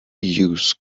use